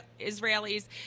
Israelis